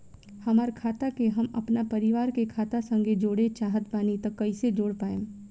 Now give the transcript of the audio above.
हमार खाता के हम अपना परिवार के खाता संगे जोड़े चाहत बानी त कईसे जोड़ पाएम?